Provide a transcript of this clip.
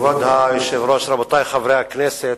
כבוד היושב-ראש, רבותי חברי הכנסת,